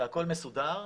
והכול מסודר.